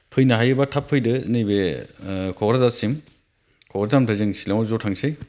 फैनो हायोब्ला थाब फैदो नैबे क'क्राझारसिम क'क्राझारनिफ्राय जों शिलंआव ज' थांसै